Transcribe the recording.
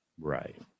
right